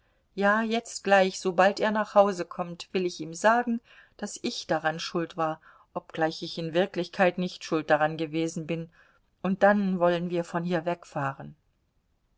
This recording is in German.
ja jetzt gleich sobald er nach hause kommt will ich ihm sagen daß ich daran schuld war obgleich ich in wirklichkeit nicht schuld daran gewesen bin und dann wollen wir von hier wegfahren